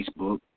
Facebook